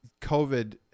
COVID